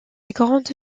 grand